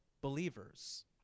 believers